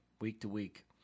week-to-week